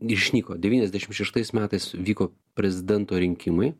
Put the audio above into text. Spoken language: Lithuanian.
išnyko devyniasdešimt šeštais metais vyko prezidento rinkimai